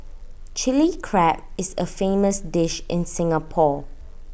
Chilli Crab is A famous dish in Singapore